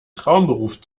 traumberuf